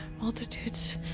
multitudes